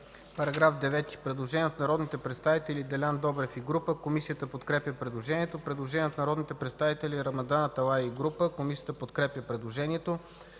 По § 9 има предложение от народните представители Делян Добрев. Комисията подкрепя предложението. Предложение от народните представители Рамадан Аталай и група. Комисията подкрепя предложението.